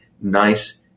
nice